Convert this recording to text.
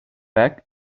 back